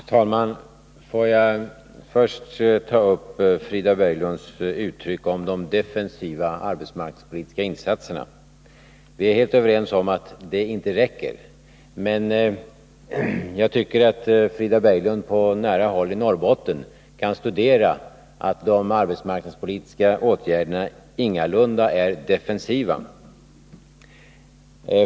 Herr talman! Låt mig först gå in på frågan om de ”defensiva arbetsmarknadspolitiska insatserna”, som Frida Berglund uttryckte det. Vi är helt överens om att det inte räcker med sådana, men jag tycker att Frida Berglund borde ha haft tillfälle att på nära håll studera förhållandena i Norrbotten och att hon borde ha kunnat konstatera att de arbetsmarknadspolitiska åtgärderna där ingalunda är defensiva.